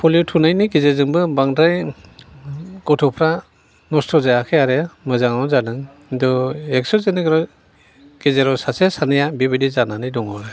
पलिय' थुनायनि गेजेरजोंबो बांद्राय गथ'फ्रा नस्थ'जायाखै आरो मोजाङावनो जादों खिन्थु एक्स'जननि गेजेराव सासे सानैया बिबादि जानानै दङ